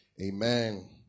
Amen